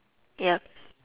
yup